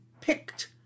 picked